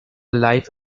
life